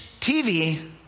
TV